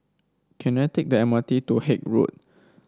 can I take the M R T to Haig Road